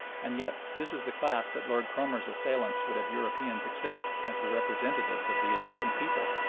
and yet this is the class that lord cromer's assailants would have europeans accept as the representatives of the egyptian people!